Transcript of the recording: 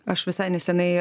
aš visai nesenai